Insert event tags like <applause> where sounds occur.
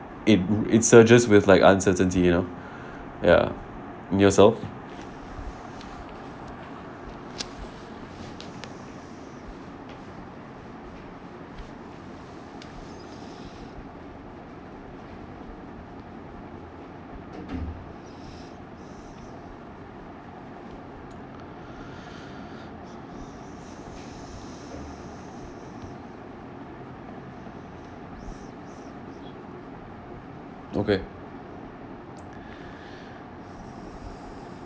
it it surges with like uncertainty you know ya and yourself okay <breath>